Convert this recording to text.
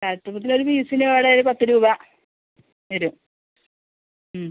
കൽത്തപ്പത്തിനൊരു പീസിന് ഇവിടെ ഒരു പത്ത് രൂപ വരും